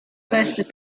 reste